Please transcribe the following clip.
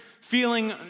feeling